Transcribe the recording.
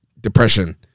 depression